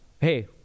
hey